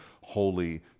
holy